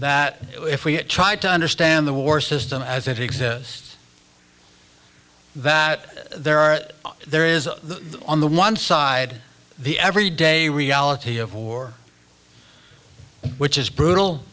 that if we try to understand the war system as if exist that there are there is on the one side the every day reality of war which is brutal